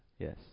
Yes